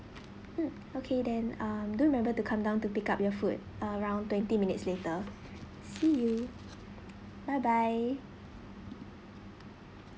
mm okay then um do remember to come down to pick up your food around twenty minutes later see you bye bye